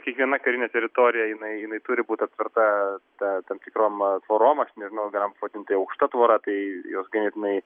kiekviena karinė teritorija jinai jinai turi būt aptverta ta tam tikrom tvorom aš nežinau ar galima pavadint tai aukšta tvora tai jos ganėtinai